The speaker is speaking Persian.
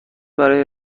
برای